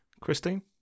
Christine